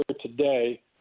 today